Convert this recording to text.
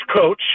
coach